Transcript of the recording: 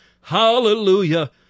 hallelujah